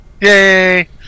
yay